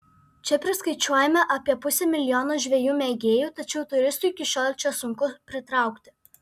čia priskaičiuojame apie pusę milijono žvejų mėgėjų tačiau turistų iki šiol čia sunku pritraukti